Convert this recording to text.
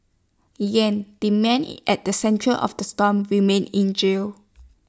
yang the man at the centre of the storm remains in jail